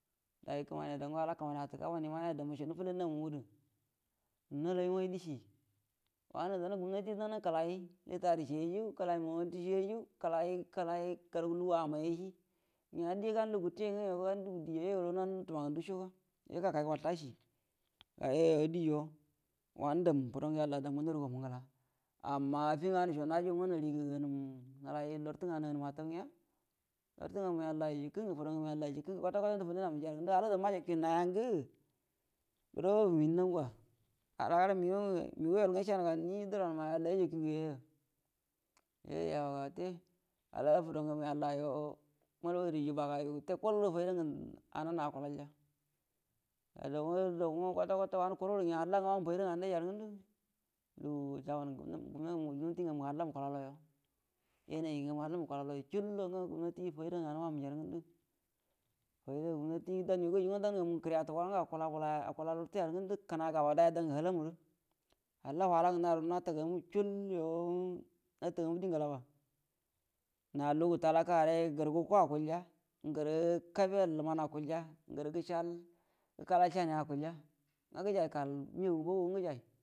Dai kəmani dango ala kəmani attə gabon imaha də dammasho nufullai namu mudə nahamai dishi wauəngə gumnati dauma kəlayi litari shiyaiju kəlai. Mouti shiyaiju kəlai-kəlai garugu luga amaiyayishi nga diya gan lugu gəte nga gan lugu di yayo hutəngə dushoga yo gakai kwaltashi gayoyo dije wanə dam fudo ngə yalla danga naru gamangəla amma affisho marigə amum nəta lartə ngə anum atau nga lartə ngamə yallagu jakə ngə fudo ngamu yallagu jikə ngə kwata-kwata uu fallai namanyurə ngəndə lala dumuna najakiuuaky a ngə gudo unianau ngwa ala migo-migo yol nga ishanuga nij dəram mai yalla yajakiugu ngəyaya yoyu yabaga wute halla yo fudo ngamu yallayo mal fatari rə baga yo gəte koldo faida ngə ananə akulalya nanəra do nga kwata-kwata nga halla wanu faida nganuya ngundu lugu jaban ngə yo dingamu mukala uwalaiga yanayi ngə halla makalalau yu chullo nga gumnati faida nganə wamunja faida gumnati danyo gaju nga dan ngama kri atau wanungə akula bəlaya akwa lartəyaru ngundə kəna gaba daya dau gə halaunurə halla wala ngə naru natagamu chalyo nataganu di ugəlaba na lugu talakare ngərə guko akulya ngərə kabiyal luman akulya ngərə gəshiyal gəkalal shaniya akulya nga gəjai gəkarə imegu bogogu nga gəjai.